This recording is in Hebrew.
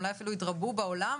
אולי אפילו התרבו בעולם.